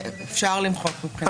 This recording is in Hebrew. אפשר למחוק את זה.